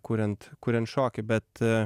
kuriant kuriant šokį bet